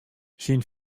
syn